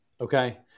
okay